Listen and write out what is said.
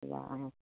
অঁ